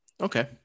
Okay